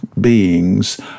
beings